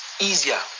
easier